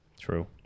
true